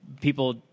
people